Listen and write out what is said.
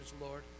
Lord